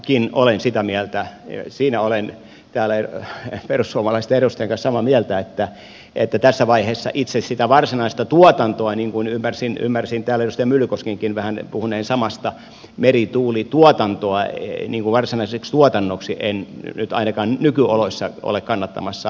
minäkin olen sitä mieltä siinä olen täällä perussuomalaisten edustajan kanssa samaa mieltä että tässä vaiheessa itse sitä varsinaista tuotantoa niin kuin ymmärsin täällä edustaja myllykoskenkin vähän puhuneen samasta merituulituotantoa varsinaiseksi tuotannoksi en nyt ainakaan nykyoloissa ole kannattamassa